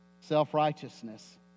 self-righteousness